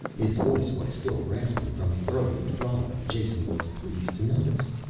his voice was still rasping from the earlier throttling, jason was pleased to notice.